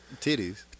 Titties